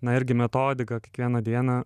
na irgi metodiką kiekvieną dieną